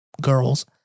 girls